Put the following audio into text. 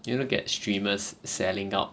you look at streamers selling out